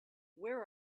where